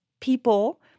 people